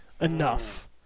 enough